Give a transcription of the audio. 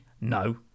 no